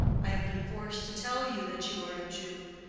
i have been forced to tell you that you are a jew,